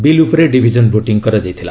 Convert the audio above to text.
bill ଉପରେ division voting ହୋଇଥିଲା